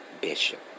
Bishop